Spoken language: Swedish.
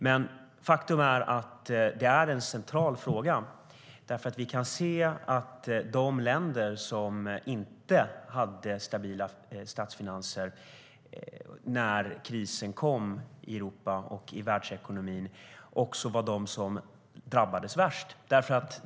Men faktum är att det är en central fråga därför att vi kan se att de länder som inte hade stabila statsfinanser när krisen kom i Europa och i världsekonomin också var de som drabbades värst.